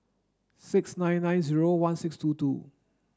six nine nine zero one six two two